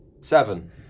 seven